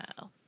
No